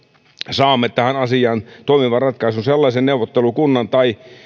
saamme tähän asiaan toimivan ratkaisun sellaisen neuvottelukunnan tai